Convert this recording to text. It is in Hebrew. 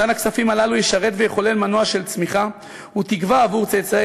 מתן הכספים הללו ישרת ויחולל מנוע של צמיחה ותקווה עבור צאצאי